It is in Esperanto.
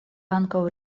ankaŭ